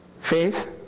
faith